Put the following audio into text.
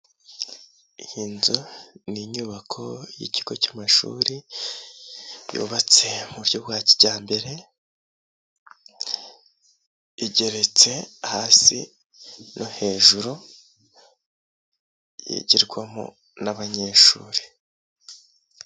Iyi nzu ni inyubako y'ikigo cy'amashuri yubatse mu buryo bwa kijyambere, igeretse hasi no hejuru yigirwamo n'abanyeshuri.